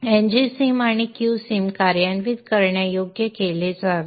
दंड ngsim आणि qsim कार्यान्वित करण्यायोग्य केले जावे